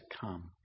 come